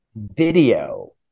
video